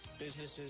businesses